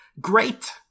Great